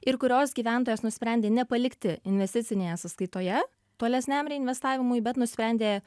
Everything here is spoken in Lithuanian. ir kurios gyventojas nusprendė nepalikti investicinėje sąskaitoje tolesniam reinvestavimui bet nusprendė